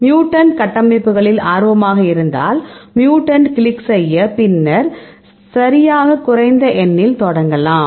mutant கட்டமைப்புகளில் ஆர்வமாக இருந்தால் மியூட்டன்ட் கிளிக் செய்ய பின்னர் சரியாக குறைந்த எண்ணில் தொடங்கலாம்